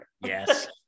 Yes